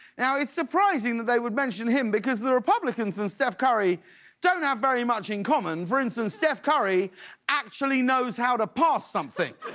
now it is surprising that they would mention him because the republicans and steph curry don't have very much in common. for instance steph curry actually knows how to pass something.